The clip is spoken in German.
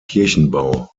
kirchenbau